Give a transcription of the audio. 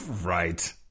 right